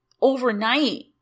overnight